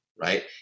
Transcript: right